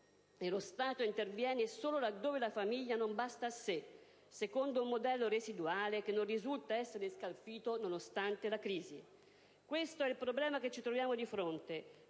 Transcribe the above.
e lo Stato interviene solo laddove la famiglia non basta a sé, secondo un modello residuale che non risulta essere scalfito nonostante i sintomi di crisi. Questo è il problema che ci troviamo di fronte;